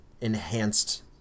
enhanced